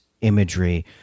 imagery